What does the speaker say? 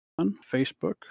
facebook